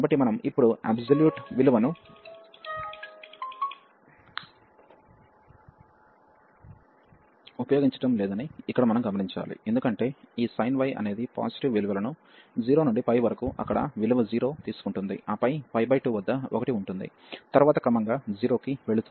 కాబట్టి మనం ఇప్పుడు అబ్సొల్యూట్ విలువను ఉపయోగించడం లేదని ఇక్కడ మనం గమనించాలి ఎందుకంటే ఈ y అనేది పాజిటివ్ విలువలను 0 నుండి వరకు అక్కడ విలువ 0 తీసుకుంటుంది ఆపై 2 వద్ద 1 ఉంటుంది తరువాత క్రమంగా 0 కి వెళుతుంది